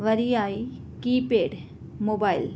वरी आई keypad mobile